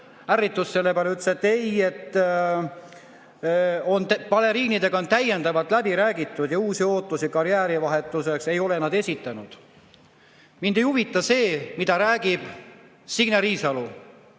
ärritus selle peale, ütles, et ei, baleriinidega on täiendavalt läbi räägitud ja uusi ootusi karjäärivahetuseks ei ole nad esitanud. Mind ei huvita see, mida räägib Signe Riisalo.